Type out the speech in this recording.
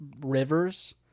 rivers